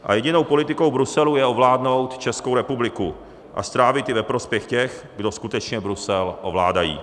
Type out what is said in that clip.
A jedinou politikou Bruselu je ovládnout Českou republiku a strávit ji ve prospěch těch, kdo skutečně Brusel ovládají.